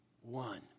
one